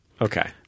Okay